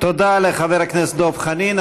תודה לחבר הכנסת דב חנין.